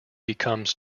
becomes